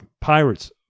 Pirates